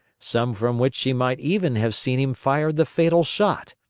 some from which she might even have seen him fire the fatal shot.